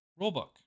rulebook